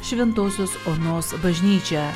šventosios onos bažnyčią